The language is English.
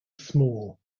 small